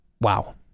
wow